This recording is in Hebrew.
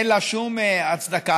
אין לה שום הצדקה.